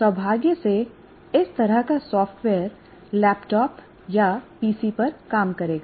सौभाग्य से इस तरह का सॉफ्टवेयर लैपटॉप या पीसी पर काम करेगा